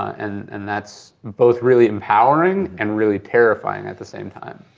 and and that's both really empowering and really terrifying at the same time.